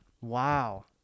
Wow